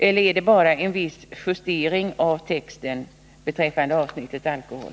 Eller blir det bara en viss justering av texten beträffande avsnittet Alkohol?